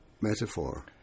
metaphor